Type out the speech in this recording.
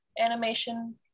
animation